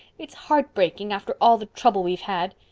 it's heartbreaking, after all the trouble we've had.